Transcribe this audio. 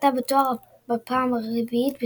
וזכתה בתואר בפעם הרביעית בתולדותיה.